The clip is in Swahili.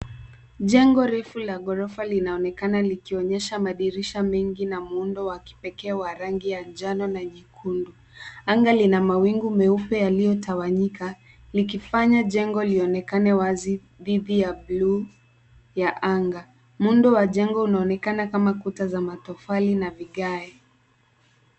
Jengo refu la ghorofa linaonekana likionyesha madirisha mengi na muundo wa kipekee wa rangi ya njano na nyekundu. Anga lina mawingu meupe yaliyotawanyika likifanya jengo lionekane wazi dhidi ya bluu ya anga. Muundo wa jengo unaonekana kama kuta za matofali na vigae.